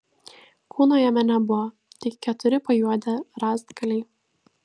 kūno jame nebuvo tik keturi pajuodę rąstgaliai